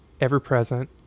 ever-present